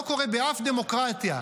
לא קורה באף דמוקרטיה.